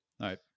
right